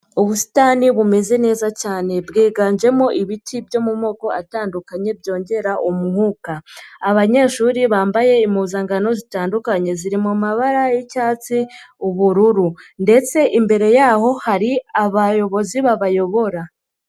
Ubusitani bumeze neza cyane, bwiganjemo ibiti byo mu moko atandukanye byongera umwuka. Abanyeshuri bambaye impuzankano zitandukanye, ziri mu mabara y'icyatsi, ubururu ndetse imbere yaho hari abayobozi babayobora.